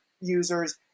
users